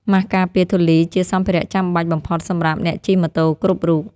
ម៉ាស់ការពារធូលីជាសម្ភារៈចាំបាច់បំផុតសម្រាប់អ្នកជិះម៉ូតូគ្រប់រូប។